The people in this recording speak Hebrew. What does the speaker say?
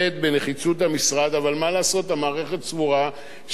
המערכת סבורה שאין טעם ואין צורך במשרד הזה,